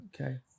Okay